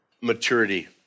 maturity